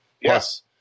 Yes